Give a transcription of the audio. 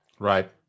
Right